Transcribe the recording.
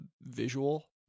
visual